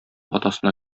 атасына